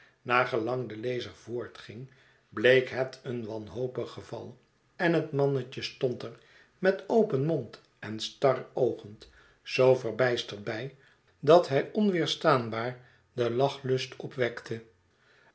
naar gelangde lezer voortging bleek het een wanhopig geval en het mannetje stond er met open mond en staroogend zoo verbijsterd bij dat hij onweerstaanbaar den lachlust opwekte